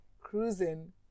cruising